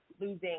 losing